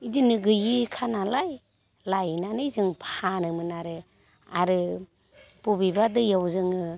बेदिनो गैयैखानालाय लायनानै जों फानोमोन आरो आरो बबेबा दैयाव जोङो